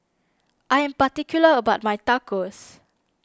I am particular about my Tacos